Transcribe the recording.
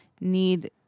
need